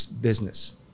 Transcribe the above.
business